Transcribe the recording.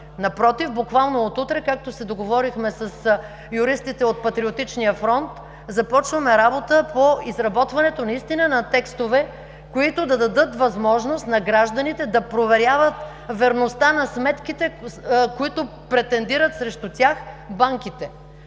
Напротив, буквално от утре, както се договорихме с юристите от „Патриотичния фронт“, започваме работа по изработването на текстове, които да дадат възможност на гражданите да проверяват верността на сметките, които банките претендират срещу тях.